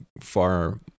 far